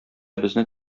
безне